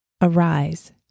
Arise